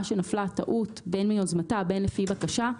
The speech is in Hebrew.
שנפלה טעות בין ביוזמתה ובין לפי בקשה,